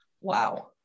Wow